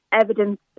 evidence